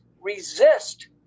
resist